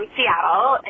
Seattle